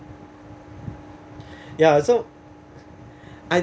ya so